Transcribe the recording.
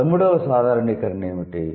పదమూడవ సాధారణీకరణ ఏమిటి